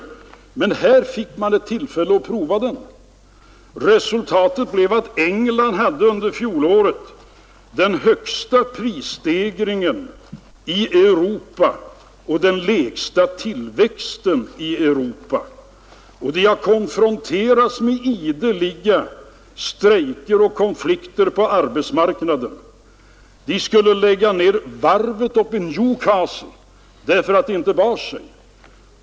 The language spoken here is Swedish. I England fick man tillfälle att prova politiken. Resultatet blev att England under fjolåret hade den högsta prisstegringen i Europa och den lägsta produktionstillväxten i Europa. Man har konfronterats med ideliga strejker och konflikter på arbetsmarknaden. De skulle lägga ned varvet uppe i Newcastle därför att det inte bar sig.